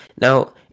Now